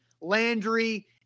Landry